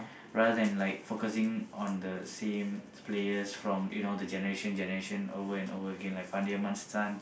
rather than like focusing on the same players from you know the generation generation over and over again like Fandi-Ahmad's son